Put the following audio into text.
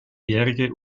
jährige